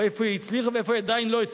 או איפה היא הצליחה ואיפה היא עדיין לא הצליחה.